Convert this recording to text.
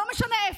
לא משנה איפה.